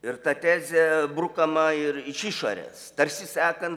ir ta tezė brukama ir iš išorės tarsi sekant